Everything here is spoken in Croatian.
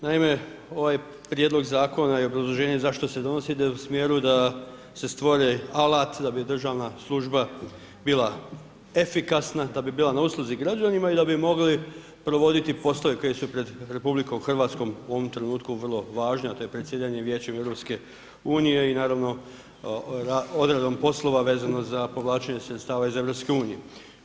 Naime, ovaj prijedlog zakona i obrazloženje zašto se donosi ide u smjeru da se stvori alat da bi državna služba bila efikasna, da bi bila na usluzi građanima i da bi mogli provoditi poslove koji su pred RH u ovom trenutku vrlo važni a to je predsjedanje Vijećem EU-a i naravno odredbom polova vezano za povlačenje sredstava iz EU-a.